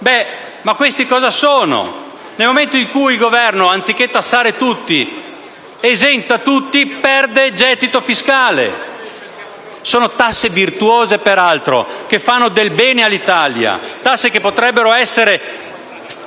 Ma questi cosa sono? Nel momento in cui il Governo anziché tassare tutti, esenta tutti perde gettito fiscale. Si tratta di tasse virtuose, peraltro, che farebbero del bene all'Italia; tasse che potrebbero essere